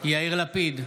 יאיר לפיד,